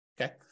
Okay